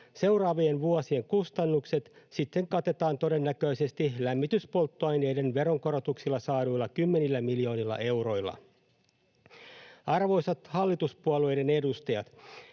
Seuraavien vuosien kustannukset sitten katetaan todennäköisesti lämmityspolttoaineiden veronkorotuksilla saaduilla kymmenillä miljoonilla euroilla. Arvoisat hallituspuolueiden edustajat!